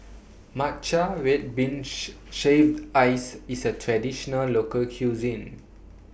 Matcha Red Bean Shaved Ice IS A Traditional Local Cuisine